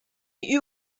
die